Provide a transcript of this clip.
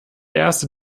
erste